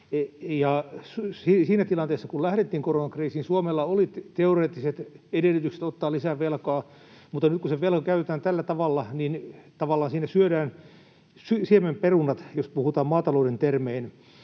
Siinä tilanteessa, kun lähdettiin koronakriisiin, Suomella oli teoreettiset edellytykset ottaa lisää velkaa, mutta nyt kun se velka käytetään tällä tavalla, niin tavallaan siinä syödään siemenperunat, jos puhutaan maatalouden termein.